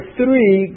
three